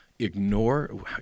ignore